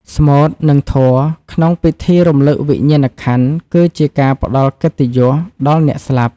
ស្មូត និងធម៌ក្នុងពិធីរំលឹកវិញ្ញាណក្ខន្ធ គឺជាការផ្ដល់កិត្តិយសដល់អ្នកស្លាប់។